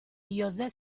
josé